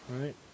Right